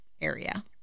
area